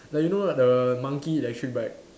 like you know right the monkey electric bike